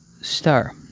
star